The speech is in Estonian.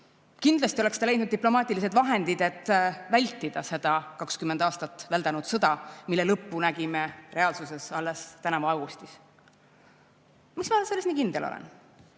Kindlasti oleks ta leidnud diplomaatilised vahendid, et vältida seda 20 aastat väldanud sõda, mille lõppu nägime reaalsuses alles tänavu augustis. Miks ma selles nii kindel olen?